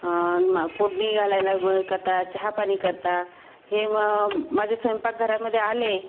आणि फोडणी घालायला मदत करतात चहापाणी करतात हे मग माझ्या स्वयंपाकघरामध्ये आले